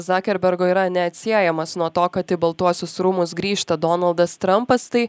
zakerbergo yra neatsiejamas nuo to kad į baltuosius rūmus grįžta donaldas trampas tai